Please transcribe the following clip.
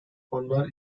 fonlar